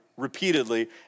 repeatedly